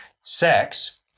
Sex